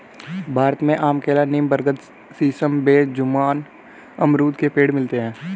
भारत में आम केला नीम बरगद सीसम बेर जामुन अमरुद के पेड़ मिलते है